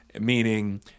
meaning